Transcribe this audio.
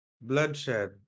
Bloodshed